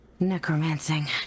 necromancing